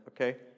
okay